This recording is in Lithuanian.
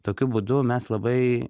tokiu būdu mes labai